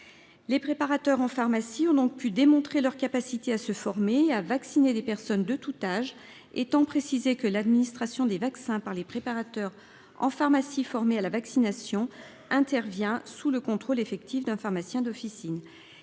Les préparateurs en pharmacie ont donc pu démontrer leur capacité à se former et à vacciner des personnes de tout âge, étant précisé que l'administration des vaccins par les préparateurs en pharmacie formés à la vaccination intervient sous le contrôle effectif d'un pharmacien d'officine.